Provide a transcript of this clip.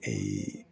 এই